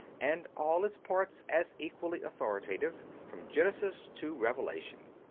and all its parts as equally authoritative, from genesis to revelation.